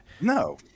No